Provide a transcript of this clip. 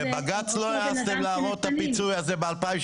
לבג"ץ לא העזתם להראות את הפיצוי הזה ב-2017,